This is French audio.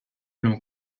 l’on